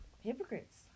hypocrites